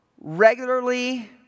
Regularly